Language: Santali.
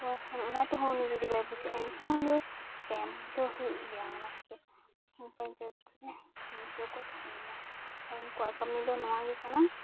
ᱛᱚ ᱚᱱᱟᱛᱮᱦᱚᱸ ᱩᱱᱤ ᱡᱩᱫᱤ ᱵᱟᱭ ᱵᱩᱡᱷᱟᱹᱜᱼᱟ ᱮᱱᱠᱷᱟᱱ ᱩᱱᱫᱚ ᱪᱮᱠᱟᱹᱭᱟᱢ ᱵᱩᱡᱷᱟᱹᱣ ᱦᱩᱭᱩᱜ ᱜᱮᱭᱟ ᱚᱱᱟ ᱯᱟᱧᱪᱟᱭᱮᱛᱨᱮ ᱢᱩᱠᱷᱤᱭᱟᱹᱠᱚ ᱛᱟᱦᱮᱱ ᱜᱮᱭᱟ ᱟᱨ ᱩᱱᱠᱩᱣᱟᱜ ᱠᱟᱹᱢᱤ ᱫᱚ ᱱᱚᱣᱟᱜᱮ ᱠᱟᱱᱟ